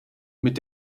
mit